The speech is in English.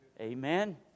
Amen